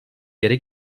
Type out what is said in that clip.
yere